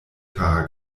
kara